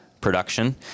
production